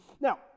Now